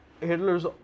Hitler's